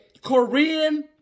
Korean